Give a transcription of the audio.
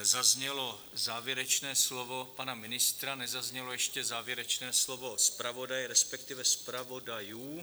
Zaznělo závěrečné slovo pana ministra, nezaznělo ještě závěrečné slovo zpravodaje, resp. zpravodajů.